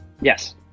Yes